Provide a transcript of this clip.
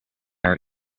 are